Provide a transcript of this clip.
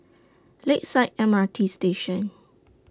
Lakeside M R T Station